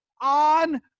on